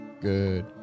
good